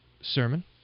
sermon